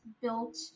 built